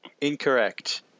Incorrect